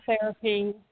therapy